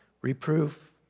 reproof